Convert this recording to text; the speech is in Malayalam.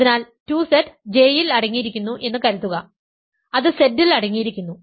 അതിനാൽ 2Z J ൽ അടങ്ങിയിരിക്കുന്നു എന്ന് കരുതുക അത് Z ൽ അടങ്ങിയിരിക്കുന്നു